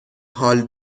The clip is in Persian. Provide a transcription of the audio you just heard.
حال